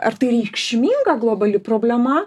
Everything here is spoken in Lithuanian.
ar tai reikšminga globali problema